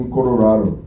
Colorado